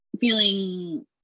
feeling